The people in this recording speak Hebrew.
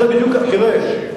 תראה,